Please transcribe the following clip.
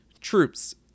troops